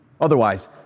Otherwise